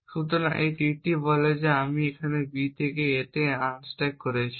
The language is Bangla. সুতরাং এই তীরটি বলে যে আমি B থেকে A আনস্ট্যাক করছি